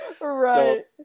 Right